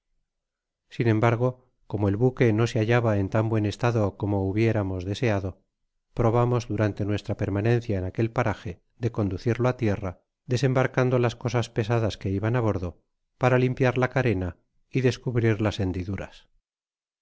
sin embargo como el buque no se hallaba en tan buen estado como hubiéramos deseado probamos durante nuestra permanencia en aque paraje de conducirlo á tierra desembarcando las cosas pesadas que iban á bordo para limpiar la carena y descubrir las hendiduras